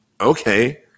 Okay